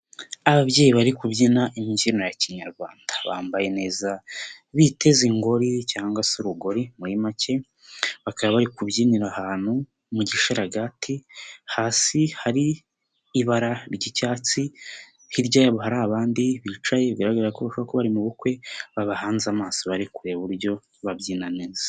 Ababyeyi bari kubyina imbyino ya kinyarwanda, bambaye neza biteze ingori cyangwa se urugori muri make, bakaba bari kubyinira ahantu mu gisharagati, hasi hari ibara ry'icyatsi, hiryabo hari abandi bicaye, bigaragara ko bari mu bukwe, babahanze amaso bari kureba uburyo babyina neza.